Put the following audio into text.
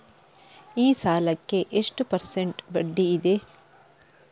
ಈ ಸಾಲಕ್ಕೆ ಎಷ್ಟು ಪರ್ಸೆಂಟ್ ಬಡ್ಡಿ ಇದೆ?